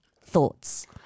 Thoughts